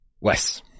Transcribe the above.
Wes